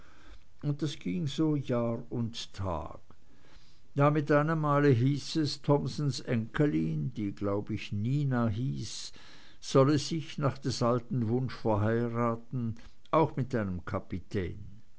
und das ging so jahr und tag da mit einem male hieß es thomsens enkelin die glaub ich nina hieß solle sich nach des alten wunsch verheiraten auch mit einem kapitän